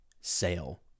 sale